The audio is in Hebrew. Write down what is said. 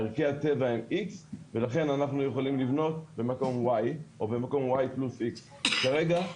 ערכי הטבע הם X ולכן אנחנו יכולים לבנות במקום Y או במקום Y+X. כרגע,